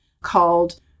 called